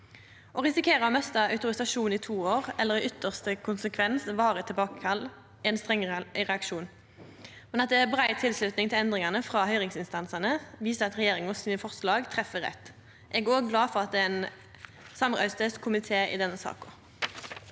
Å risikera å mista autorisasjonen i to år eller i ytste konsekvens varig tilbakekall er ein streng reaksjon, men at det er brei tilslutning til endringane frå høyringsinstansane, viser at regjeringas forslag treffer rett. Eg er glad for at det er ein samrøystes komité i denne saka.